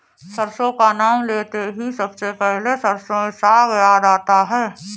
सरसों का नाम लेते ही सबसे पहले सरसों का साग याद आता है